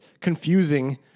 confusing